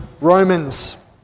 Romans